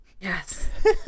yes